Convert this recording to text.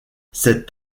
cet